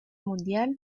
mundial